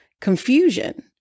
confusion